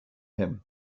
him